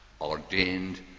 ordained